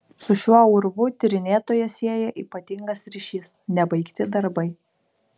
su šiuo urvu tyrinėtoją sieja ypatingas ryšys nebaigti darbai